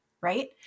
right